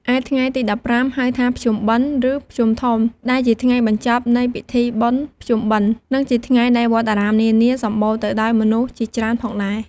ឯថ្ងៃទី១៥ ហៅថាភ្ជុំបិណ្ឌ ឬភ្ជុំធំ ដែលជាថ្ងៃបញ្ចប់នៃវិធីបុណ្យភ្ជុំបិណ្ឌនិងជាថ្ងៃដែលវត្តអារាមនានា សំម្បូរទៅដោយមនុស្សជាច្រើនផងដែរ ។